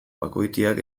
bakoitiak